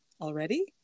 already